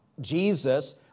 Jesus